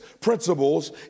principles